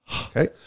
Okay